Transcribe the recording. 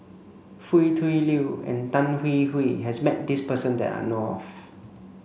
Foo Tui Liew and Tan Hwee Hwee has met this person that I know of